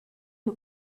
who